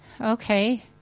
okay